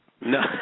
No